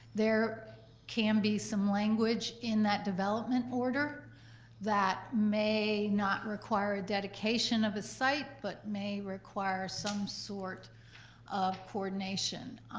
there can be some language in that development order that may not require dedication of a site but may require some sort of coordination.